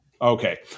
Okay